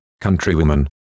countrywoman